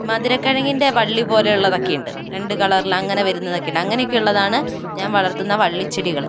മധുര കിഴങ്ങിന്റെ വള്ളി പോലെ ഉള്ളത് ഒക്കെയുണ്ട് രണ്ടു കളറില് അങ്ങനെ വരുന്നതൊക്കെയാണ് അങ്ങനെ ഉള്ളതാണ് ഞാന് വളര്ത്തുന്ന വള്ളിച്ചെടികള്